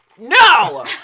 No